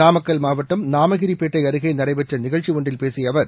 நாமக்கல் மாவட்டம் நாமகிரிப்பேட்டை அருகே நடைபெற்ற நிகழ்ச்சி ஒன்றில் பேசிய அவர்